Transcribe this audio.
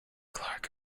clark